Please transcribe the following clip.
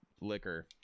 liquor